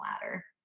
ladder